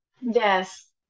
Yes